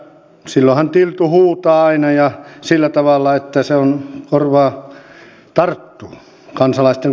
silloinhan tiltu huutaa aina ja sillä tavalla että se kansalaisten korvaan tarttuu